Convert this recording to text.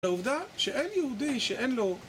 העובדה שאין יהודי שאין לו...